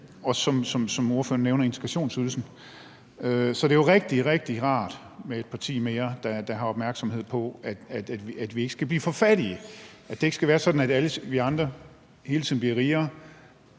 som ordføreren nævner. Så det er jo rigtig, rigtig rart med et parti mere, der har opmærksomhed på, at vi ikke skal blive for fattige, at det ikke skal være sådan, at alle andre hele tiden bliver rigere,